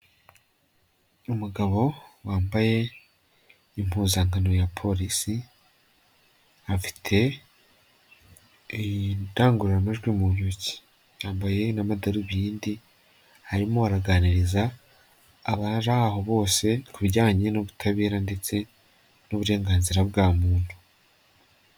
Umugabo wambaye impuzankano ya polisi, afite indangururamajwi mu ntoki yambaye n'amadarubindi harimo araganiriza abari aho bose ku bijyanye n'ubutabera, ndetse n'uburenganzira bwa muntu.